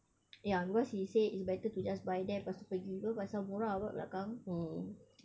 ya because he say it's better to just buy there lepas tu pergi [pe] pasal murah [pe] belakang